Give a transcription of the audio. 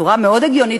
בצורה מאוד הגיונית,